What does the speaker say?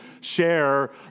share